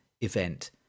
event